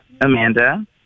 Amanda